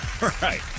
Right